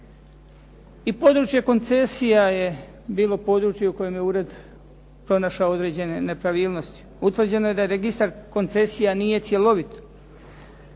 I područje koncesija je bilo područje u kojem je ured pronašao određene nepravilnosti. Utvrđeno je da je registar koncesija nije cjelovit,